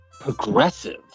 progressive